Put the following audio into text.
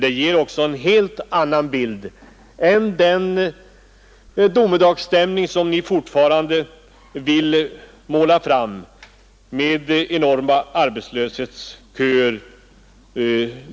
Det ger också en helt annan bild än den domedagsstämning som oppositionen fortfarande vill mana fram med enorma arbetslöshetsköer.